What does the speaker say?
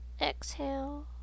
exhale